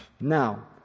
Now